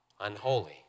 unholy